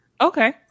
okay